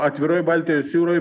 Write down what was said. atviroj baltijos jūroj